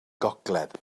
gogledd